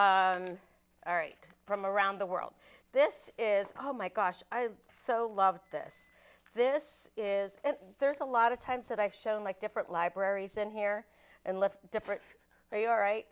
all right from around the world this is all my gosh i so love this this is there's a lot of times that i've shown like different libraries in here and left different where you are right